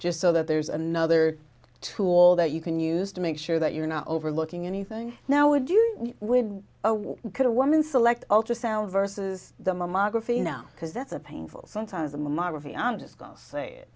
just so that there's another tool that you can use to make sure that you're not overlooking anything now would you would could a woman select ultrasound versus the mammography now because that's a painful sometimes the mammography on just go say it